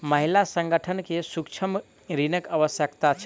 महिला संगठन के सूक्ष्म ऋणक आवश्यकता छल